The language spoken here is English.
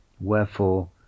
Wherefore